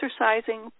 exercising